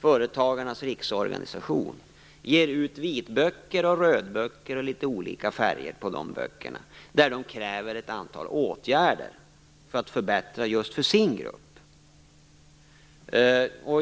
Företagarnas Riksorganisation ger ut vitböcker, rödböcker och andra böcker med litet olika färger där de kräver ett antal åtgärder som skall förbättra för just deras grupp.